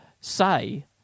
say